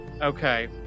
okay